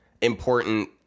important